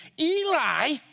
Eli